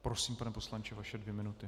Prosím, pane poslanče, vaše dvě minuty.